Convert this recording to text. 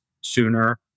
sooner